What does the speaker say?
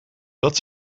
dat